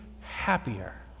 happier